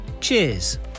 Cheers